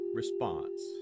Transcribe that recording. response